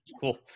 cool